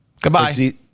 Goodbye